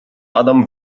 adam